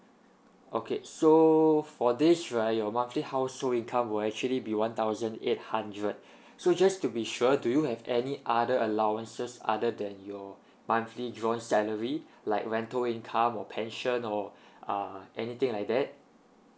okay so for this right your monthly household income will actually be one thousand eight hundred so just to be sure do you have any other allowances other than your monthly drawn salary like rental income or pension or uh anything like that